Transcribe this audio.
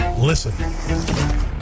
Listen